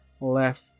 left